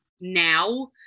now